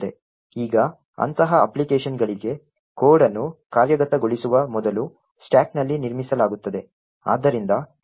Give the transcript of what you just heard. ಈಗ ಅಂತಹ ಅಪ್ಲಿಕೇಶನ್ಗಳಿಗೆ ಕೋಡ್ ಅನ್ನು ಕಾರ್ಯಗತಗೊಳಿಸುವ ಮೊದಲು ಸ್ಟಾಕ್ನಲ್ಲಿ ನಿರ್ಮಿಸಲಾಗುತ್ತದೆ